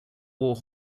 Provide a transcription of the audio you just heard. wore